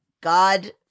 God